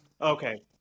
Okay